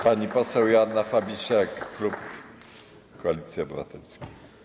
Pani poseł Joanna Fabisiak, klub Koalicja Obywatelska.